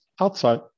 outside